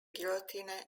guillotine